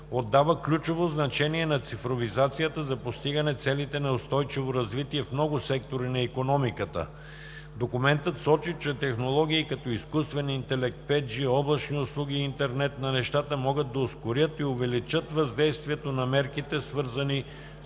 отдава ключово значение на цифровизацията за постигане целите за устойчиво развитие в много сектори на икономиката. Документът сочи, че технологии като „изкуствен интелект, 5G, облачни услуги и интернет на нещата могат да ускорят и увеличат въздействието на мерките, свързани с